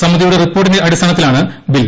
സമിതിയുടെ റിപ്പോർട്ടിന്റെ അടിസ്ഥാനത്തിലാണ് ബിൽ